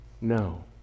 No